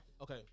Okay